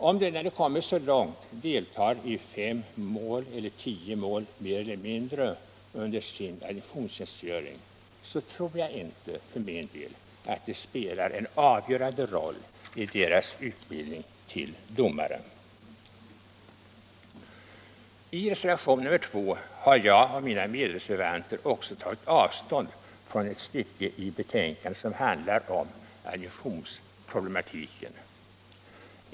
Om de när de kommit så långt deltar i fem till tio mål mer eller mindre under sin adjunktionstjänstgöring, det tror jag för min del inte spelar någon avgörande roll i deras utbildning till domare. I reservationen 2 har jag och mina medreservanter också tagit avstånd från ett stycke i betänkandet som handlar om adjunktionsproblematiken.